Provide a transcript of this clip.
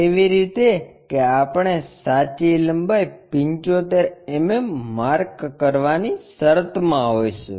એવી રીતે કે આપણે સાચી લંબાઈ 75 mm માર્ક કરવાની શરતમાં હોઈશું